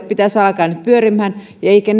pitäisi alkaa nyt pyörimään eivätkä